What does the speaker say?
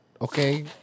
okay